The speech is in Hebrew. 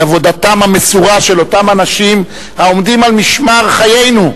את עבודתם המסורה של אותם אנשים העומדים על משמר חיינו.